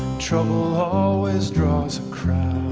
trouble always draws and